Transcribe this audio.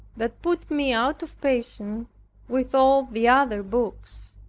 that put me out of patience with all the other books.